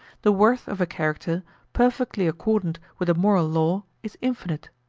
the worth of a character perfectly accordant with the moral law is infinite,